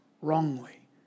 wrongly